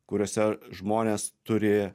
kuriuose žmonės turi